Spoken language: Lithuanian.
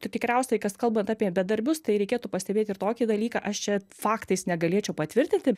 tai tikriausiai kas kalbant apie bedarbius tai reikėtų pastebėti ir tokį dalyką aš čia faktais negalėčiau patvirtinti